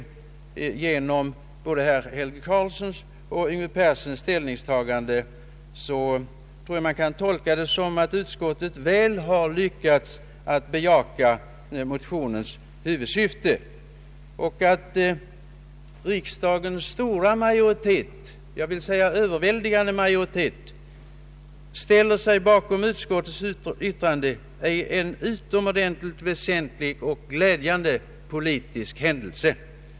Genom såväl herr Helge Karlssons som herr Yngve Perssons ställningstagande kan man anse att utskottet väl har lyckats bejaka motionens huvudsyfte. Det förhållandet att riksdagens stora majoritet — jag vill till och med säga överväldigande majoritet — ställer sig bakom utskottets yttrande är en utomordentligt väsentlig och glädjande politisk händelse.